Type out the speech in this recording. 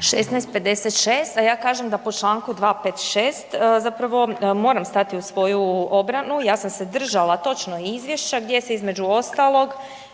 **Glasovac, Sabina (SDP)** 16,56 a ja kažem da po Članku 256. zapravo moram stati u svoju obranu ja sam se držala točno izvješća gdje se između ostalog